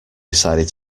decided